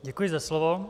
Děkuji za slovo.